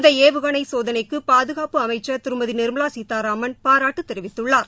இந்த ஏவுகணை சோதனைக்கு பாதுகாப்பு அமைச்ச் திருமதி நிாமவா சீதாராமன் பாராட்டு தெரிவித்துள்ளார்